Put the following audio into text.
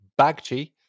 Bagchi